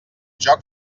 joc